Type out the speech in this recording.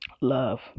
love